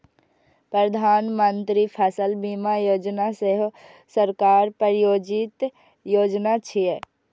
प्रधानमंत्री फसल बीमा योजना सेहो सरकार प्रायोजित योजना छियै